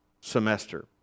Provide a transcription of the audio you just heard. semester